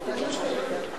את לא יכולה להשתיק אותי.